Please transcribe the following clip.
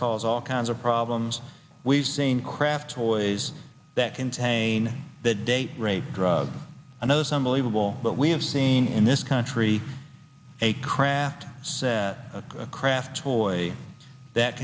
cause all kinds of problems we've seen craft toys that contain the date rape drug i know some believable but we have seen in this country a craft set a craft toy that